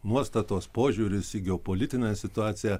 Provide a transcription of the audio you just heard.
nuostatos požiūris į geopolitinę situaciją